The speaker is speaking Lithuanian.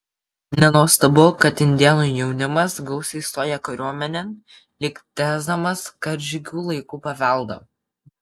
nenuostabu kad indėnų jaunimas gausiai stoja kariuomenėn lyg tęsdamas karžygių laikų paveldą